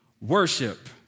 Worship